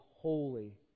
holy